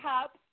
cup